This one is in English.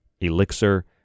Elixir